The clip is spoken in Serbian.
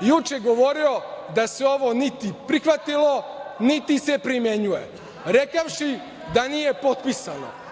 je juče govorio da se ovo niti prihvatilo, niti se primenjuje, rekavši da nije potpisano.